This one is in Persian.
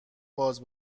باز